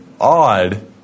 odd